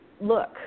look